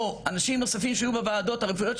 או אנשים נוספים שהיו בוועדות הרפואיות,